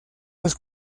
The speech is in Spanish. los